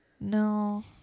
No